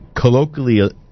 colloquially